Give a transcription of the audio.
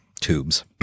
tubes